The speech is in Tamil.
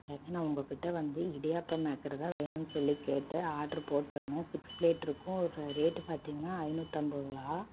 நேற்று நான் உங்கக்கிட்ட வந்து இடியாப்பம் மேக்கருதான் வேணுன்னு சொல்லி கேட்டேன் ஆர்டர் போட்டிருந்தேன் சிக்ஸ் பிளேட் இருக்கும் ஒரு ரேட்டு பார்த்திங்கன்னா ஐநூற்றம்பது ரூபா